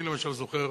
אני למשל זוכר,